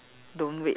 don't wait